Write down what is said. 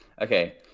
Okay